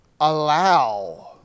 allow